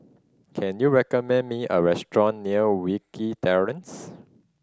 can you recommend me a restaurant near Wilkie Terrace